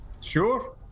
Sure